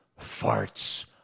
farts